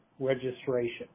registration